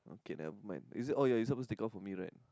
okay nevermind is it oh ya you're supposed to take off for me right